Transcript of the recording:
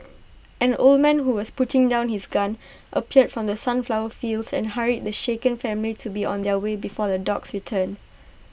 an old man who was putting down his gun appeared from the sunflower fields and hurried the shaken family to be on their way before the dogs return